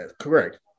correct